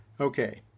Okay